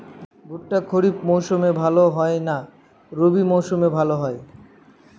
ভুট্টা খরিফ মৌসুমে ভাল হয় না রবি মৌসুমে ভাল হয়?